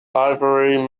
ivory